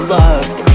loved